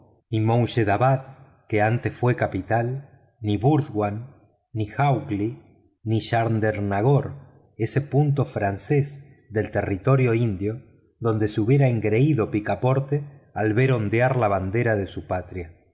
gour ni mounshedabad que antes fue capital ni burdwan ni hougly ni chandemagor ese punto francés del territorio indio donde se hubiera engreído picaporte al ver ondear la bandera de su patria